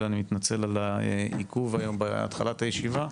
אני מתנצל על העיכוב היום בהתחלת הישיבה,